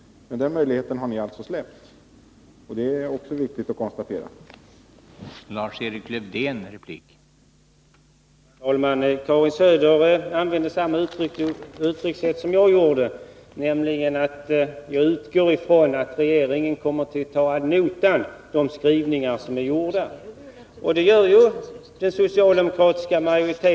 Den möjligheten har ni socialdemokrater alltså släppt — det är viktigt att konstatera detta.